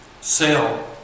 Sell